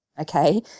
Okay